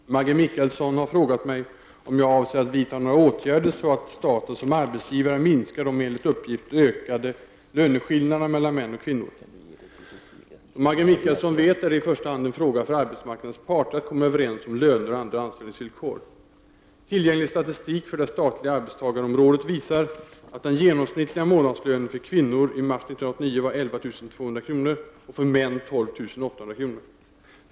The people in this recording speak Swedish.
Herr talman! Maggi Mikaelsson har frågat mig om jag avser att vidta några åtgärder så att staten som arbetsgivare minskar de enligt uppgift ökade löneskillnaderna mellan män och kvinnor. Som Maggi Mikaelsson vet är det i första hand en fråga för arbetsmarknadens parter att komma överens om löner och andra anställningsvillkor. Tillgänglig statistik för det statliga arbetstagarområdet visar att den genomsnittliga månadslönen för kvinnor i mars 1989 var 11200 kr. och för män 12800 kr.